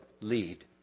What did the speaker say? lead